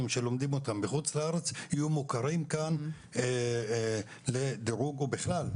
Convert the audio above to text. שלומדים בחו"ל יהיו מוכרים כאן לדירוג ובכלל.